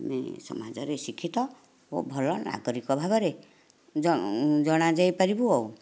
ଆମେ ସମାଜରେ ଶିକ୍ଷିତ ଓ ଭଲ ନାଗରିକ ଭାବରେ ଜଣା ଯାଇପାରିବୁ ଆଉ